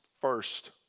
first